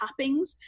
toppings